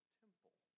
temple